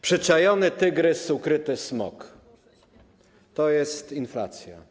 Przyczajony tygrys, ukryty smok - to jest inflacja.